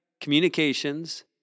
communications